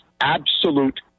absolute